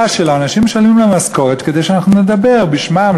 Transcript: אנשים משלמים לנו משכורת כדי שנדבר בשמם,